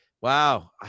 Wow